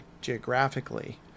geographically